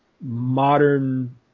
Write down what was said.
modern